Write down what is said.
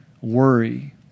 worry